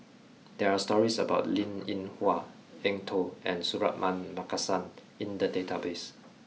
there are stories about Linn In Hua Eng Tow and Suratman Markasan in the database